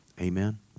Amen